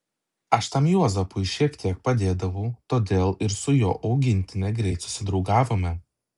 aš tam juozapui šiek tiek padėdavau todėl ir su jo augintine greit susidraugavome